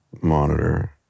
monitor